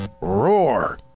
Roar